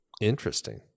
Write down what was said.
Interesting